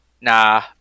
nah